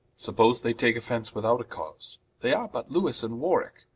suppose they take offence without a cause they are but lewis and warwicke,